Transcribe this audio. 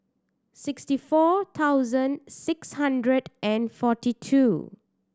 sixty four thousand six hundred and forty two